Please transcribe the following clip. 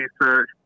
research